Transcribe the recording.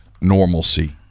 normalcy